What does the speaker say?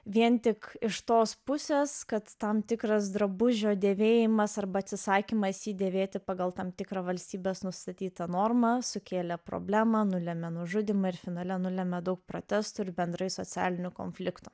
vien tik iš tos pusės kad tam tikras drabužio dėvėjimas arba atsisakymas jį dėvėti pagal tam tikrą valstybės nustatytą normą sukėlė problemą nulemia nužudymą ir finale nulemia daug protestų ir bendrai socialinių konfliktų